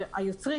היוצרים,